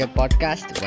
podcast